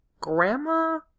grandma